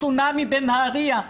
צונאמי בנהרייה,